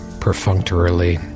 perfunctorily